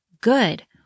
good